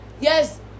yes